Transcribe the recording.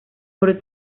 por